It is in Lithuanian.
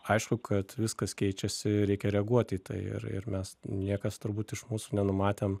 aišku kad viskas keičiasi reikia reaguot į tai ir ir mes niekas turbūt iš mūsų nenumatėm